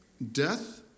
Death